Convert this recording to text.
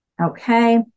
Okay